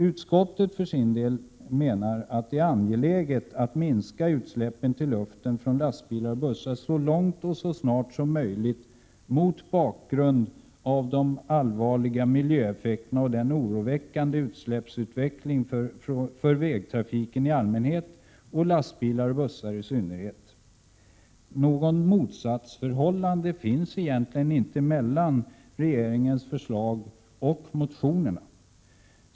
Utskottet framhåller att det är angeläget att minska utsläppen till luften från lastbilar och bussar så långt och så snart som möjligt mot bakgrund av de allvarliga miljöeffekterna och den oroväckande utsläppsutvecklingen för vägtrafiken i allmänhet samt lastbilar och bussar i synnerhet. Något motsatsförhållande föreligger egentligen icke mellan regeringens förslag och motionerna.